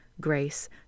grace